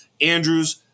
Andrews